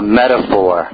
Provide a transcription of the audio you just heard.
metaphor